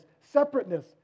separateness